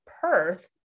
Perth